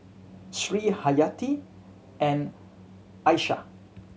Sri Haryati and Aishah